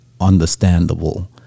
understandable